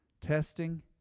testing